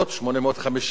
850,